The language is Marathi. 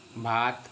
भात